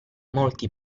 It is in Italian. molti